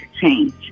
change